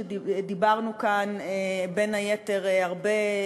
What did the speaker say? דיברנו כאן בין היתר הרבה,